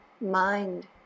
mind